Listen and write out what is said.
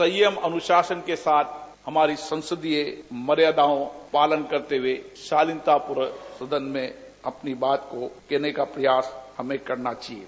संयम अनुशासन के साथ हमारी संसदीय मर्यादाओं पालन करते हुए सदन में अपनी बात को कहने का प्रयास करना चाहिये